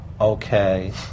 okay